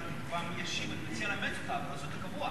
לא קובעת אז צריך לאמץ אותה באופן קבוע,